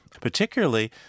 particularly